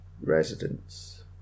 residents